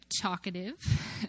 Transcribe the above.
talkative